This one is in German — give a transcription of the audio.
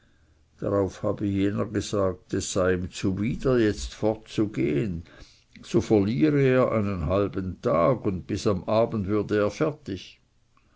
darauf habe jener gesagt es sei ihm zwider jetzt fortzugehen so verliere er einen halben tag und bis am abend wurde er fertig